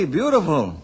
beautiful